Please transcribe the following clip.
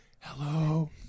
Hello